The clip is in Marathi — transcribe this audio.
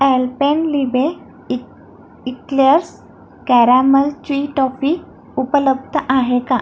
ॲल्पेनलिबे इ इक्लेअर्स कॅरामल च्युई टॉफी उपलब्ध आहे का